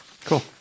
Cool